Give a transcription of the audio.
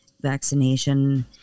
vaccination